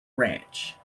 ranch